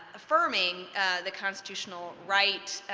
affirming the constitutional rights